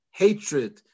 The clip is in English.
hatred